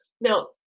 Now